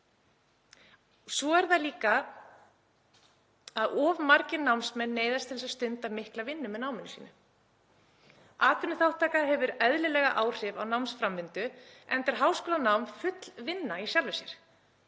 Svo er það líka þannig að of margir námsmenn neyðast til að stunda mikla vinnu með námi sínu. Atvinnuþátttaka hefur eðlilega áhrif á námsframvindu enda er háskólanám full vinna í sjálfu sér.